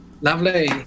Lovely